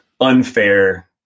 unfair